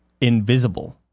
invisible